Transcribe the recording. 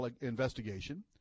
investigation